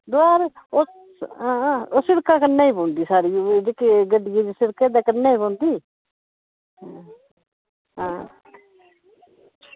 ओह् सारी साढ़ी गै पौंदी जेह्की गड्डियै दे कंढै पौंदी आं